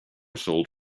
sold